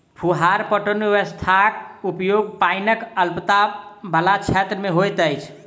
फुहार पटौनी व्यवस्थाक उपयोग पाइनक अल्पता बला क्षेत्र मे होइत अछि